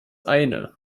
eine